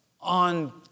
on